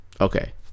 Okay